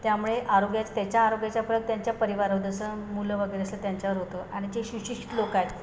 त्यामुळे आरोग्या त्याच्या आरोग्याच्या फरक त्यांच्या परिवारावर जसं मुलं वगैरे असं त्यांच्यावर होतं आणि जे सुशिक्षित लोक आहेत